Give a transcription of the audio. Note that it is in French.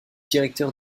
directeur